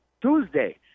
Tuesday